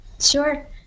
Sure